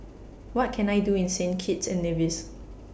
What Can I Do in Saint Kitts and Nevis